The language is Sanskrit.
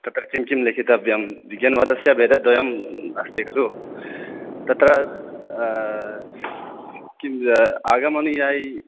तत्र किं किं लेखितव्यं विज्ञानवादस्य भेदद्वयम् अस्ति खलु तत्र किं आगमनुयायी